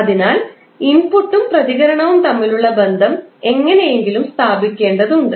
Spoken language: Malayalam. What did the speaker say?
അതിനാൽ ഇൻപുട്ടും പ്രതികരണവും തമ്മിലുള്ള ബന്ധം എങ്ങനെയെങ്കിലും സ്ഥാപിക്കേണ്ടതുണ്ട്